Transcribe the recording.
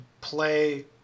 play